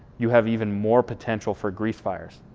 you have even more potential for grease fires.